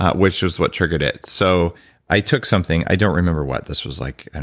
which is what triggered it. so i took something. i don't remember what. this was, like and